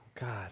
God